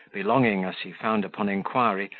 belonging, as he found upon inquiry,